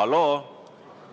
halloo!